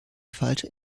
falscher